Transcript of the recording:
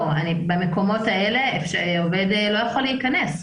במקומות האלה עובד לא יכול להיכנס,